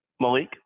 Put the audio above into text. Malik